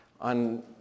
on